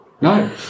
no